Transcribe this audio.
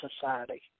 Society